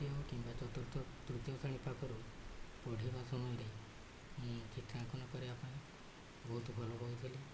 ତୃତୀୟ କିମ୍ବା ଚତୁର୍ଥ ତୃତୀୟ ଶ୍ରେଣୀ ପାଖରୁ ପଢ଼ିବା ସମୟରେ ମୁଁ ଚିତ୍ରାଙ୍କନ କରିବା ପାଇଁ ବହୁତ ଭଲ ପାଉଥିଲି